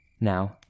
Now